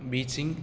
Beijing